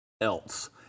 else